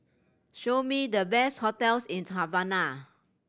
show me the best hotels in Havana